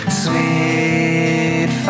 sweet